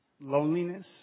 loneliness